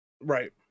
Right